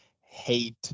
hate